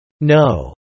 No